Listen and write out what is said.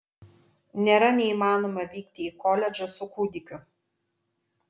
nėra neįmanoma vykti į koledžą su kūdikiu